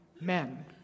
men